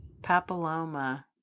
Papilloma